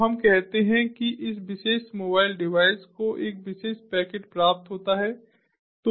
तो हम कहते हैं कि इस विशेष मोबाइल डिवाइस को एक विशेष पैकेट प्राप्त होता है